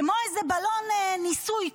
כמו איזה בלון ניסוי,